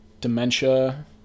Dementia